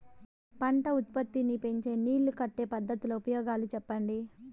పంట ఉత్పత్తి నీ పెంచే నీళ్లు కట్టే పద్ధతుల ఉపయోగాలు చెప్పండి?